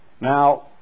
Now